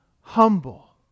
humble